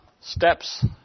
steps